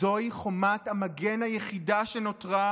זוהי חומת המגן היחידה שנותרה